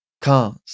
Cars